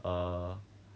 err